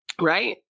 Right